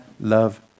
love